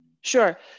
Sure